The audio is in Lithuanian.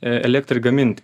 e elektrai gamint